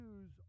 use